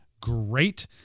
great